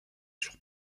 sur